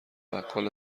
بقال